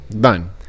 Done